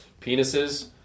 Penises